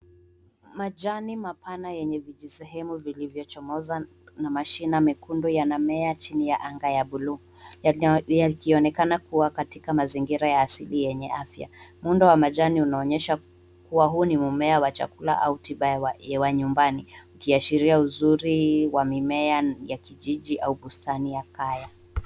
Majani mapana yenye vijisehemu vilivyochomozwa na mashine mekundu yanamea chini ya anga ya buluu, yakionekana kuwa katika mazingira ya asili yenye afya. Muundo wa majani unaonyesha kuwa huu ni mmea WA chakula au tiba ya nyumbani ukiashiria uzuri wa mimea ya kijiji au bustani ya Kaya.